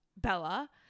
Bella